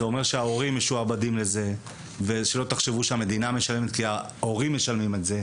זה אומר שההורים משועבדים לזה וגם ממנים את זה.